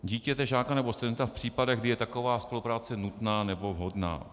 ... dítěte, žáka nebo studenta v případech, kdy je taková spolupráce nutná nebo vhodná.